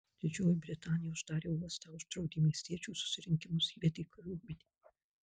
didžioji britanija uždarė uostą uždraudė miestiečių susirinkimus įvedė kariuomenę